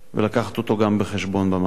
ולהביא גם אותו בחשבון במענה.